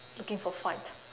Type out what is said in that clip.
looking for fight